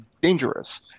dangerous